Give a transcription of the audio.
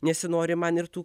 nesinori man ir tų